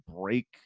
break